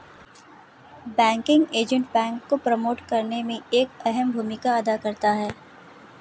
banking agent bank को promote करने में एक अहम भूमिका अदा करता है